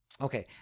Okay